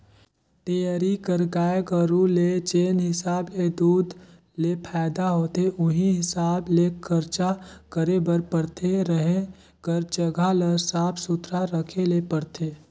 dairy कर गाय गरू ले जेन हिसाब ले दूद ले फायदा होथे उहीं हिसाब ले खरचा करे बर परथे, रहें कर जघा ल साफ सुथरा रखे ले परथे